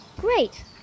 Great